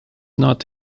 not